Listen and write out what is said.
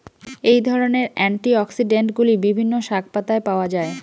এই ধরনের অ্যান্টিঅক্সিড্যান্টগুলি বিভিন্ন শাকপাতায় পাওয়া য়ায়